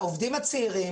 העובדים הצעירים,